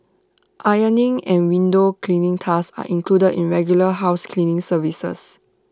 ironing and window cleaning tasks are included in regular house cleaning services